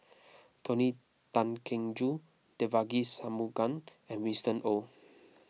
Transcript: Tony Tan Keng Joo Devagi Sanmugam and Winston Oh